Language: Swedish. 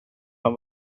han